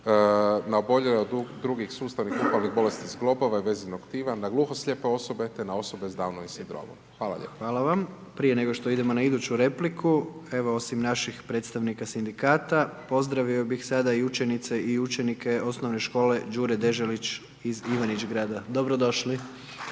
na bolje od drugih sustavnih upravnih bolesnih zglobova i vezenog tkiva na gluhoslijepe osobe te na osobe s Down sindromom, hvala vam. **Jandroković, Gordan (HDZ)** Hvala vam. Prije nego što idemo na iduću repliku, evo osim naših predstavnika sindikata, pozdravljao bi sada i učenice i učenike OŠ Đure Deželić iz Ivanić Grada, dobrodošli.